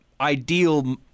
ideal